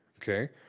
Okay